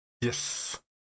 Yes